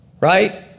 right